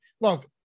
Look